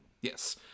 yes